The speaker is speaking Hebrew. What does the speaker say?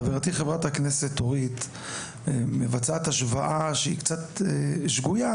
חברתי חברת הכנסת אורית מבצעת השוואה שהיא קצת שגויה,